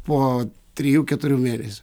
po trijų keturių mėnesių